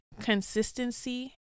Consistency